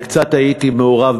וקצת הייתי מעורב,